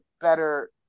better